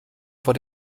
vor